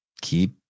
Keep